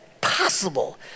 possible